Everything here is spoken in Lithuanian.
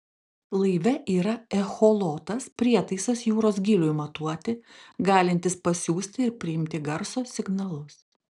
laive yra echolotas prietaisas jūros gyliui matuoti galintis pasiųsti ir priimti garso signalus